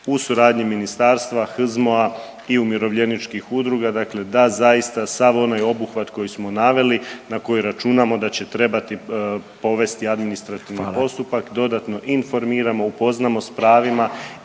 u suradnji Ministarstva, HZMO-a i umirovljeničkih udruga, dakle da zaista sav onaj obuhvat koji smo naveli, na koji računamo da će trebati povesti administrativni postupak, dodatno informiramo, upoznamo s pravima